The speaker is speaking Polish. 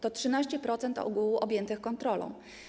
To 13% ogółu objętych kontrolą.